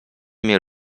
mnie